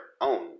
own